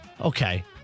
Okay